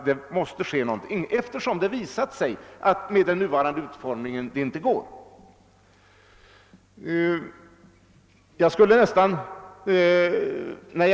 Det måste ske någonting, jag upprepar det, eftersom det visat sig att den nuvarande utformningen inte är till fyllest. När.